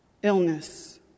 illness